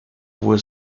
fue